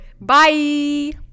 Bye